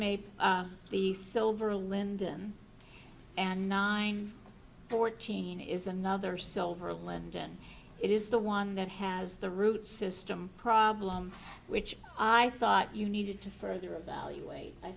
maybe the silver linden and nine fourteen is another silver linden it is the one that has the root system problem which i thought you needed to further evaluate i